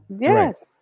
Yes